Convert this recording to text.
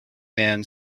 man